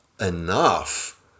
enough